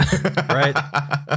Right